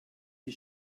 die